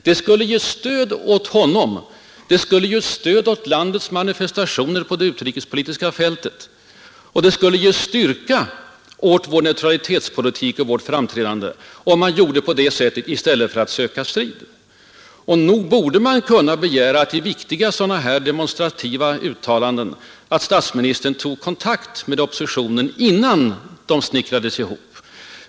Det skulle ge ett stöd åt honom, ge stöd åt landets manifestationer på det utrikespolitiska fältet, det skulle ge styrka åt vår neutralitetspolitik och vårt framträdande om man gjorde på det sättet i stället för att söka strid. Nog borde man av statsministern kunna begära att han, innan sådana här viktiga demonstrativa uttalanden snickrades ihop, tog kontakt med oppositionen.